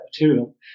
material